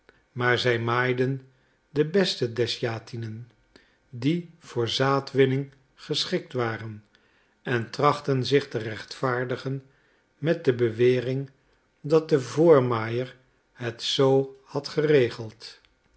maar zij maaiden de beste desjatinen die voor zaadwinning geschikt waren en trachtten zich te rechtvaardigen met de bewering dat de voormaaier het zoo had geregeld